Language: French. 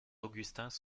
augustins